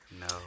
No